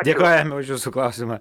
dėkojame už jūsų klausimą